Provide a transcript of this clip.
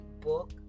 book